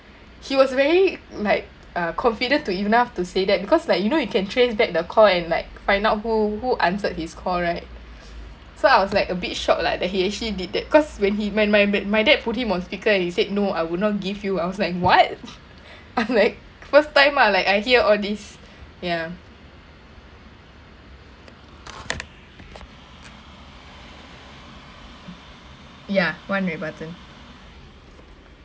he was very like uh confidence to enough to say that because like you know you can trace back the call and like find out who who answered his call right so I was like a bit shocked lah that he actually did that cause when he when my my dad put him on speaker and he said no I would not give you I was like what I'm like first time lah I hear all this ya ya one red button